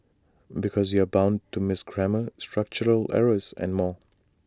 because you're bound to miss grammar structural errors and more